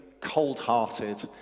cold-hearted